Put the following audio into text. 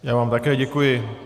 Já vám také děkuji.